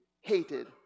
hated